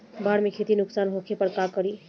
बाढ़ से खेती नुकसान होखे पर का करे?